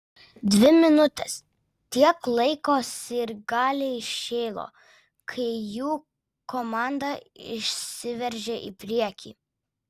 dvi minutes tiek laiko sirgaliai šėlo kai jų komanda išsiveržė į priekį